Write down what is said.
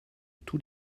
tous